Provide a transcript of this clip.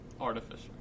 artificial